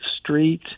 Street